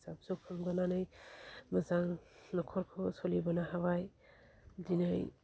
फिसा फिसौ खांबोनानै मोजां नखरखौ सोलिबोनो हाबाय दिनै